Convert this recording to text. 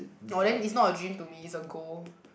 orh then is not a dream to me is a goal